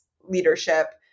leadership